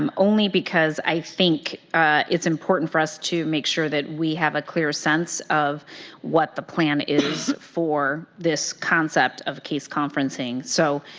um only because i think it is important, for us to make sure that we have a clear sense of what the plan is for this concept of case conferencing. so,